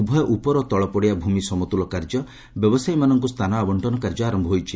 ଉଭୟ ଉପର ଓ ତଳପଡିଆ ଭୂମି ସମତୁଲ କାର୍ଯ୍ୟ ବ୍ୟବସାୟିମାନଙ୍କୁ ସ୍ରାନ ଆବକ୍ଷନ କାର୍ଯ୍ୟ ଆରମ୍ଭ ହୋଇଛି